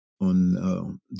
on